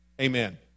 Amen